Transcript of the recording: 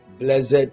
Blessed